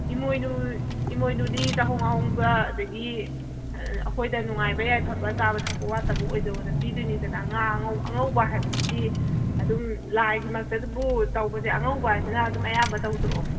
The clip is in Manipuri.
ꯏꯃꯣꯏꯅꯨ ꯏꯃꯣꯏꯅꯨꯗꯤ ꯆꯥꯍꯣꯡ ꯉꯥꯍꯣꯡꯕ ꯑꯗꯒꯤ ꯑꯩꯈꯣꯏꯗ ꯅꯨꯡꯉꯥꯏꯕ ꯌꯥꯏꯐꯕ ꯆꯥꯕ ꯊꯛꯄ ꯋꯥꯠꯇꯕ ꯑꯣꯏꯖꯧꯑꯣꯅ ꯄꯤꯒꯗꯣꯏꯅꯤꯗꯅ ꯉꯥ ꯑꯉꯧꯕ ꯍꯥꯏꯕꯁꯤꯗꯤ ꯑꯗꯨꯝ ꯂꯥꯏꯒꯤ ꯃꯛꯇꯗꯕꯨ ꯇꯧꯕꯁꯦ ꯑꯉꯧꯕ ꯍꯥꯏꯁꯤꯅ ꯑꯗꯨꯝ ꯑꯌꯥꯝꯕ ꯇꯧꯗ꯭ꯔꯣ